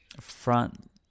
front